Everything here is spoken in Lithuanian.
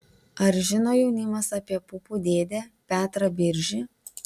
ar žino jaunimas apie pupų dėdę petrą biržį